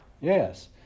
Yes